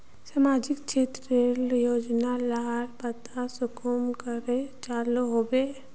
सामाजिक क्षेत्र रेर योजना लार पता कुंसम करे चलो होबे?